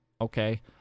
Okay